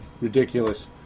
ridiculous